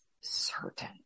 certain